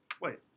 Wait